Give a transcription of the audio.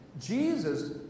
Jesus